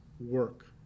work